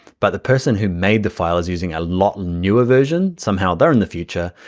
but the person who made the file is using a lot newer version, somehow they're in the future,